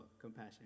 compassion